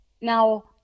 Now